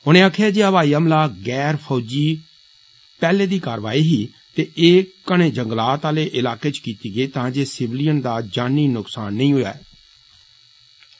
उनें आक्खेआ हवाई हमला गैर फौजी पैहले दी कारवाई ही ते एह घने जंगलात आले इलाकें च कीती गेई तां जे सिविलियन दा जान्नी नुक्सान नेई होयै